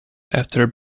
after